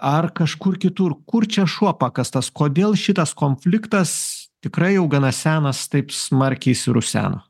ar kažkur kitur kur čia šuo pakastas kodėl šitas konfliktas tikrai jau gana senas taip smarkiai suruseno